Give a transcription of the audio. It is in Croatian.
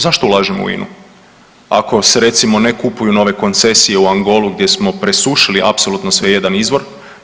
Zašto ulažemo u INA-u ako se recimo ne kupuju nove koncesije u Angolu gdje smo presušili apsolutno sve jedan izvor?